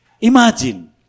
Imagine